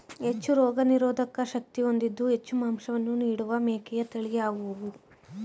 ಹೆಚ್ಚು ರೋಗನಿರೋಧಕ ಶಕ್ತಿ ಹೊಂದಿದ್ದು ಹೆಚ್ಚು ಮಾಂಸವನ್ನು ನೀಡುವ ಮೇಕೆಯ ತಳಿ ಯಾವುದು?